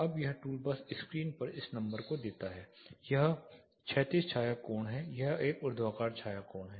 अब यह टूल बस स्क्रीन पर इस नंबर को देता है यह क्षैतिज छाया कोण है यह एक ऊर्ध्वाधर छाया कोण है